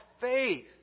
faith